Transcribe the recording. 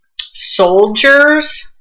soldiers